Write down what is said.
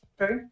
Okay